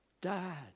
dad